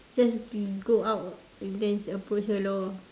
just mm go out ah and then approach her lor